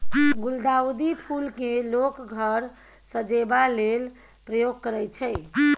गुलदाउदी फुल केँ लोक घर सजेबा लेल प्रयोग करय छै